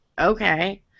okay